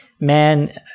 man